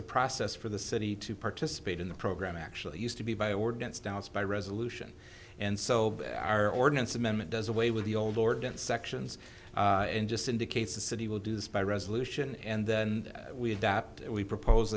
the process for the city to participate in the program actually used to be by ordinance down by resolution and so our ordinance amendment does away with the old ordinance sections and just indicates the city will do this by resolution and then we adapt we propose